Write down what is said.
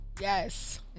yes